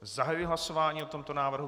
Zahajuji hlasování o tomto návrhu.